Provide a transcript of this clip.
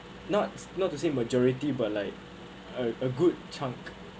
not not to say majority but like a a good chunk